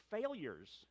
failures